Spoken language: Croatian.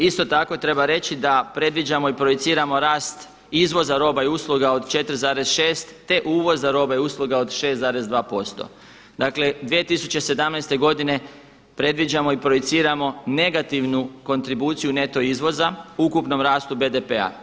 Isto tako treba reći da predviđamo i projiciramo rast izvoza roba i usluga od 4,6%, te uvoza roba i usluga od 6,2% Dakle, 2017. godine predviđamo i projiciramo negativnu kontribuciju neto izvoza ukupnom rastu BDP-a.